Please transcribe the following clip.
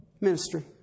ministry